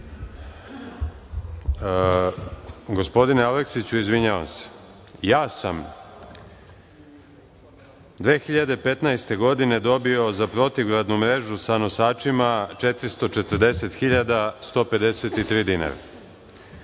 Gospodine Aleksiću, izvinjavam se, ja sam 2015. godine dobio za protivgradnu mrežu sa nosačima 440.153 dinara.